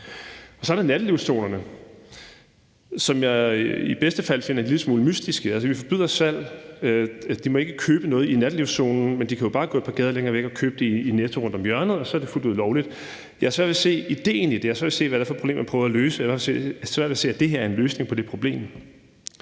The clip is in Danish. Så er der nattelivszonerne, som jeg i bedste fald finder en lille smule mystiske. Vi forbyder salg der, altså de må ikke købe noget i nattelivszonen, men de kan jo bare gå et par gader længere væk og købe det i Netto rundt om hjørnet, og så er det fuldt ud lovligt. Jeg har svært ved at se idéen i det. Jeg har svært ved at se, hvad det er for et problem, man prøver at løse. Jeg har også svært ved at se, at det her er en løsning på det problem.